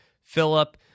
philip